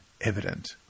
evident